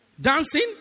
Dancing